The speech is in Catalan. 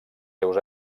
seus